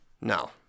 No